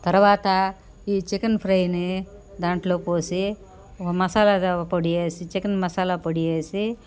తర్వాత ఈ చికెన్ ఫ్రైని దాంట్లోపోసి మసాలాద పొడియేసి చికెన్ మసాలా పొడి వేసి